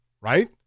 right